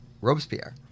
Robespierre